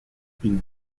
une